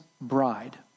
bride